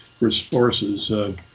resources